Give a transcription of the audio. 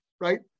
right